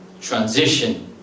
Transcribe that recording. transition